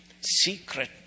Secret